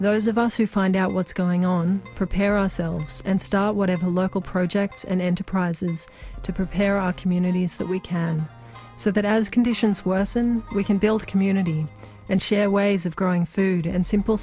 those of us who find out what's going on prepare ourselves and start whatever local projects and enterprises to prepare our communities that we can so that as conditions worsen we can build community and share ways of growing food and simple